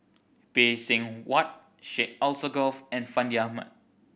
Phay Seng Whatt Syed Alsagoff and Fandi Ahmad